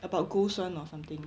about ghosts [one] or something